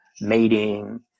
mating